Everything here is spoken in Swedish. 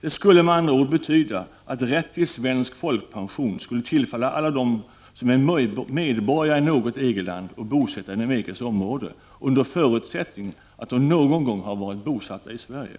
Det skulle då betyda att rätt till svensk folkpension skulle tillfalla alla dem som är medborgare i något EG-land och är bosatta inom EG-området, under förutsättning att de någon gång har varit bosatta i Sverige.